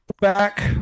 back